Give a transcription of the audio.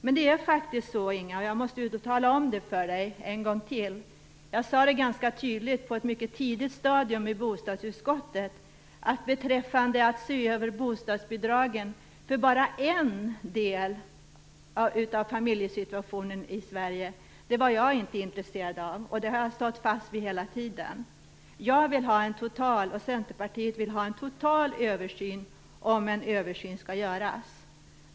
En gång till talar jag om för Inga Berggren beträffande detta med att se över bostadsbidragen att jag, som jag ganska tydligt på ett mycket tidigt stadium i bostadsutskottet sade, inte är intresserad av att det bara handlar om en del av familjesituationen i Sverige. Detta har jag hela tiden stått fast vid. Vi i Centerpartiet vill ha en total översyn, om nu en översyn skall göras.